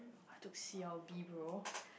I took C_L_B bro